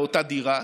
באותה דירה,